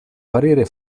parere